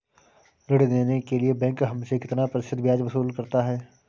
ऋण देने के लिए बैंक हमसे कितना प्रतिशत ब्याज वसूल करता है?